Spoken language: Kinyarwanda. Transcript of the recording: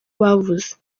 bavuze